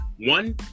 One